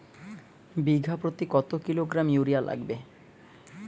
বিঘাপ্রতি কত kilogram urea লাগবে?